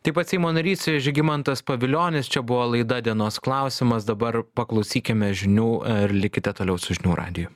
taip pat seimo narys žygimantas pavilionis čia buvo laida dienos klausimas dabar paklausykime žinių ir likite toliau su žinių radiju